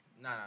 No